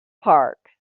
park